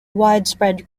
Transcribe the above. widespread